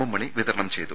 M Mani വിതരണം ചെയ്തു